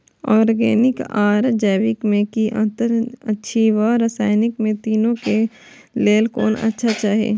Organic आर जैविक में कि अंतर अछि व रसायनिक में तीनो क लेल कोन अच्छा अछि?